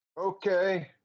Okay